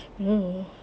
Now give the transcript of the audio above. !aiyo!